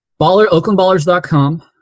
Oaklandballers.com